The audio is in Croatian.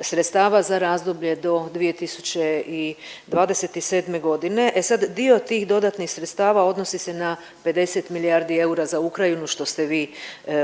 sredstava za razdoblje od 2027. godine. E sad dio tih dodatnih sredstava odnosi se na 50 milijardi eura za Ukrajinu što ste vi